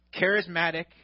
charismatic